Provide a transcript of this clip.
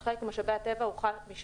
על חלק הוא חל מ-2017.